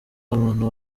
umuntu